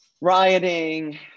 rioting